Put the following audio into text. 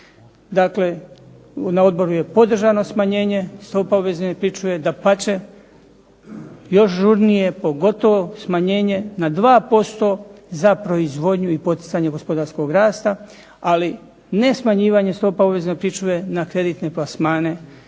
Dakle, na odboru je podržano smanjenje stopa obvezne pričuve. Dapače, još žurnije pogotovo smanjenje na dva posto za proizvodnju i poticanje gospodarskog rasta. Ali ne smanjivanje stopa obvezne pričuve na kreditne plasmane